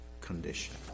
condition